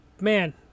man